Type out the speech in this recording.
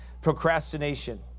procrastination